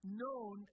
known